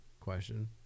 Question